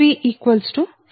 004 p